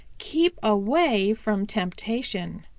keep away from temptation.